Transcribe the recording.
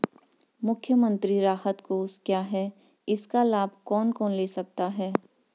मुख्यमंत्री राहत कोष क्या है इसका लाभ कौन कौन ले सकता है?